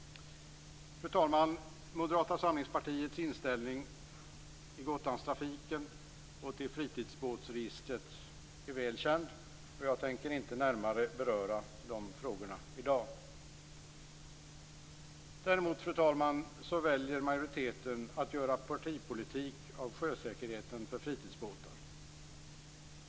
Fru talman! Moderata samlingspartiets inställning till Gotlandstrafiken och till fritidsbåtsregistret är väl känd, och jag tänker inte närmare beröra dessa frågor i dag. Däremot, fru talman, väljer majoriteten att göra partipolitik av sjösäkerheten för fritidsbåtar.